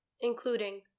including